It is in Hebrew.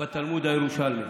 בתלמוד הירושלמי.